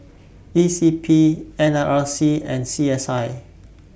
E C P N R I C and C S I